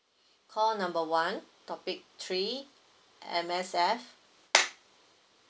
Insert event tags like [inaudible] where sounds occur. call number one topic three M_S_F [noise]